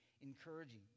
encouraging